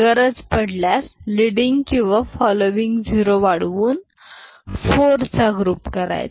गरज पडल्यास लेडिंग किंवा फॉलोवींग झीरो वाढवून 4 चा ग्रुप करायचा